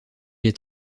est